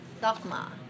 dogma